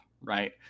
right